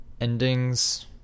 endings